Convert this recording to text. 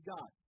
God